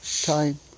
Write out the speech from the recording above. time